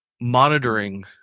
monitoring